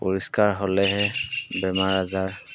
পৰিষ্কাৰ হ'লেহে বেমাৰ আজাৰ